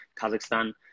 Kazakhstan